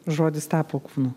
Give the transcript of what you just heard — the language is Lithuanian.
žodis tapo kūnu